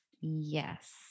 Yes